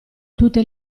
tutte